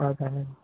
ಹೌದಾ